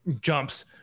jumps